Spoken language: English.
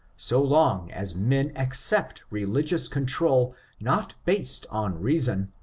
so long as men accept religious control not based on reason,